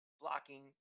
blocking